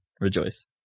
rejoice